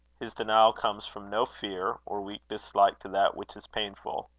his denial comes from no fear, or weak dislike to that which is painful.